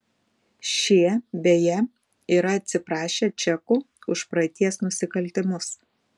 šie beje yra atsiprašę čekų už praeities nusikaltimus